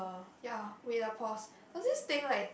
ya wait lah pause I'll just think like